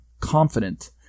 confident